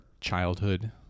childhood